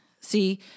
See